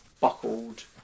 buckled